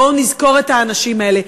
בואו נזכור את האנשים האלה.